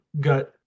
got